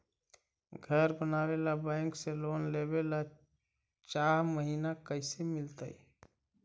घर बनावे ल बैंक से लोन लेवे ल चाह महिना कैसे मिलतई?